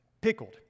pickled